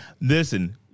Listen